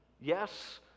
Yes